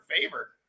favor